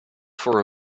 for